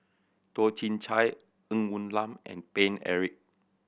Toh Chin Chye Ng Woon Lam and Paine Eric